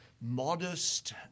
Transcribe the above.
modest